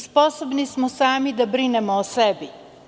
Sposobni smo sami da brinemo o sebi.